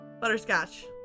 butterscotch